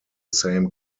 same